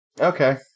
Okay